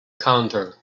counter